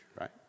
Right